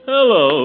Hello